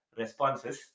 responses